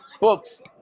books